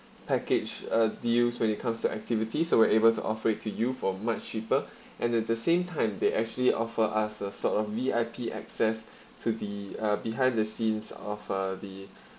package uh deals when it comes to activities so we were able to offer it to you for much cheaper and at the same time they actually offer us a sort of V_I_P access to the uh behind the scenes of uh the